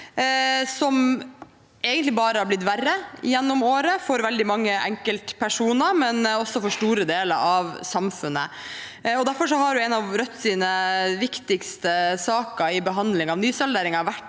som egentlig bare har blitt verre gjennom året for veldig mange enkeltpersoner, men også for store deler av samfunnet. Derfor har en av Rødts viktigste saker i behandlingen av nysalderingen vært